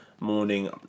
morning